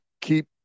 keep